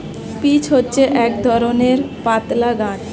peach হচ্ছে এক ধরণের পাতলা গাছ